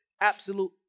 absolute